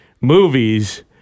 movies